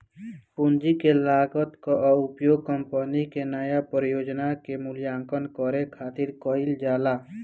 पूंजी के लागत कअ उपयोग कंपनी के नया परियोजना के मूल्यांकन करे खातिर कईल जाला